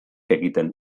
egiten